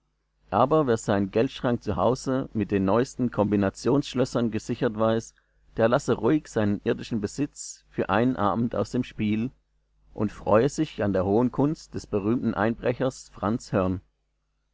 aber wer seinen geldschrank zu hause mit den neuesten kombinationsschlössern gesichert weiß der lasse ruhig seinen irdischen besitz für einen abend aus dem spiel und freue sich an der hohen kunst des berühmten einbrechers franz